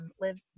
live